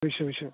বুজিছোঁ বুজিছোঁ